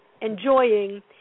enjoying